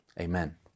Amen